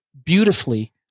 beautifully